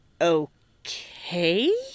Okay